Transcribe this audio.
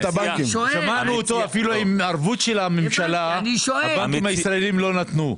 שמענו אותו אפילו עם ערבות של הממשלה הבנקים הישראליים לא נתנו.